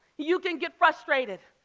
you can get frustrated,